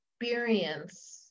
experience